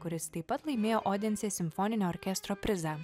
kuris taip pat laimėjo odensės simfoninio orkestro prizą